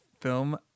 film